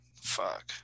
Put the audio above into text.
fuck